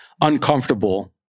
uncomfortable